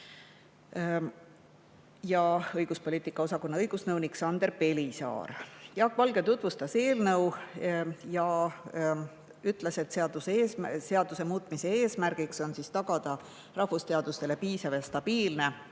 ja õiguspoliitika osakonna õigusnõunik Sander Pelisaar. Jaak Valge tutvustas eelnõu ja ütles, et seaduse muutmise eesmärk on tagada rahvusteadustele piisav ja stabiilne